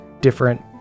different